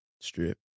Strip